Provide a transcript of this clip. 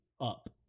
up